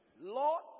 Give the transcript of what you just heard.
Lord